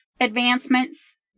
advancements